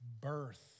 birth